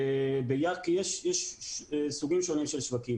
יש סוגים שונים של שווקים,